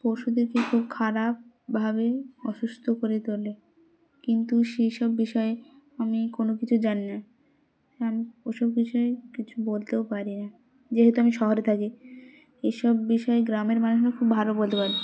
পশুদেরকে খুব খারাপভাবে অসুস্থ করে তোলে কিন্তু সেই সব বিষয়ে আমি কোনো কিছু জানি না আমি ওসব বিষয়ে কিছু বলতেও পারি না যেহেতু আমি শহরে থাকি এইসব বিষয়ে গ্রামের মানুষরা খুব ভালো বলতে পারে